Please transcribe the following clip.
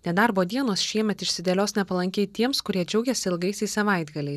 nedarbo dienos šiemet išsidėlios nepalankiai tiems kurie džiaugiasi ilgaisiais savaitgaliais